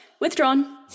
withdrawn